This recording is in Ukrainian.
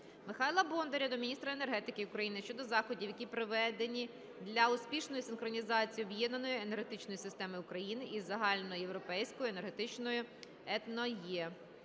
Михайла Бондаря до міністра енергетики України щодо заходів, які проведені для успішної синхронізації об'єднаної енергетичної системи України із загальноєвропейською енергосистемою